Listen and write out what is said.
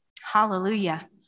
hallelujah